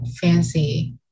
fancy